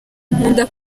nkunda